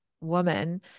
woman